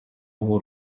ubu